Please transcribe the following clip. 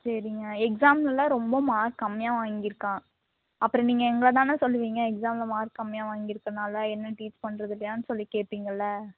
சரிங்க எக்ஸாம்லலாம் ரொம்ப மார்க் கம்மியாக வாங்கியிருக்கான் அப்புறம் நீங்கள் எங்களை தானே சொல்லுவீங்க எக்ஸாமில் மார்க் கம்மியாக வாங்கியிருக்கனால என்ன டீச் பண்ணுறது இல்லையான்னு சொல்லி கேட்பீங்கள